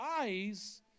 eyes